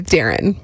Darren